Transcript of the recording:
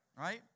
Right